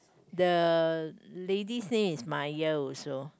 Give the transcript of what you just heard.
the ladies name is Maya also